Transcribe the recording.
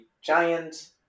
giant